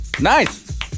Nice